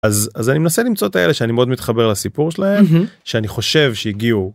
אז אז אני מנסה למצוא את האלה שאני מאוד מתחבר לסיפור שלהם שאני חושב שהגיעו.